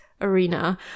arena